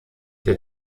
der